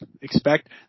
expect